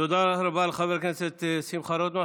תודה רבה לחבר הכנסת שמחה רוטמן.